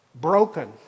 Broken